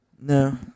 No